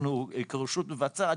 אנחנו כרשות מבצעת,